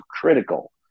critical